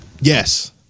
Yes